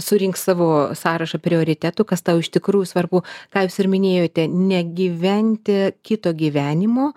surink savo sąrašą prioritetų kas tau iš tikrųjų svarbu ką jūs ir minėjote negyventi kito gyvenimo